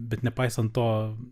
bet nepaisant to